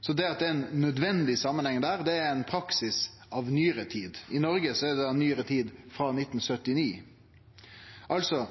Så til påstanden om at det er ein nødvendig samanheng der: Det er ein praksis av nyare dato. I Noreg er det frå 1979. Ein kan altså